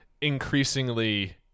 increasingly